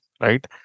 right